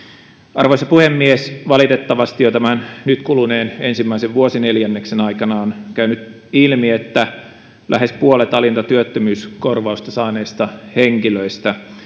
arvoisa puhemies valitettavasti jo tämän nyt kuluneen ensimmäisen vuosineljänneksen aikana on käynyt ilmi että lähes puolet alinta työttömyyskorvausta saaneista henkilöistä